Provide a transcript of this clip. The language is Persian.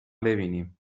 بیینیم